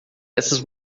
essas